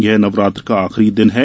यह नवरात्र का आखिरी दिन है